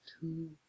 two